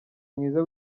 mwiza